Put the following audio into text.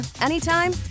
anytime